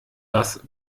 das